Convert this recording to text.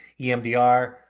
EMDR